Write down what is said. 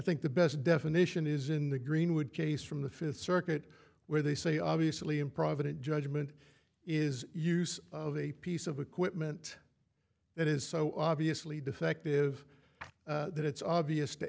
think the best definition is in the greenwood case from the fifth circuit where they say obviously improvident judgement is use of a piece of equipment that is so obviously defective that it's obvious to